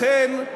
לכן,